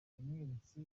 yamweretse